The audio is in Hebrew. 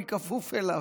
אני כפוף אליו.